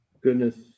goodness